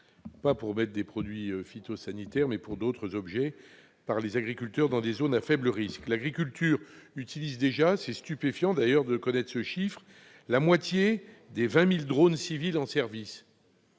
pas pour l'épandage de produits phytosanitaires, mais pour d'autres objets, par les agriculteurs dans des zones à faible risque. L'agriculture utilise déjà- ce chiffre est d'ailleurs stupéfiant -la moitié des 20 000 drones civils en service.